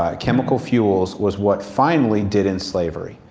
ah chemical fuels was what finally did in slavery.